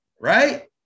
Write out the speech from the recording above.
Right